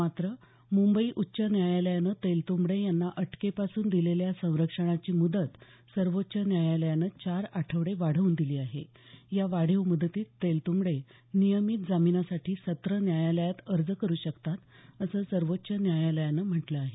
मात्र मुंबई उच्च न्यायालयानं तेलतुंबडे यांना अटकेपासून दिलेल्या संरक्षणाची मुद्दत सर्वोच्च न्यायालयानं चार आठवडे वाढवून दिली आहे या वाढीव मुदतीत तेलतुंबडे नियमित जामीनासाठी सत्र न्यायालयात अर्ज करू शकतात असं सर्वोच्व न्यायालयानं म्हटलं आहे